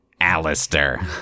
Alistair